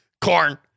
Corn